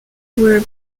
were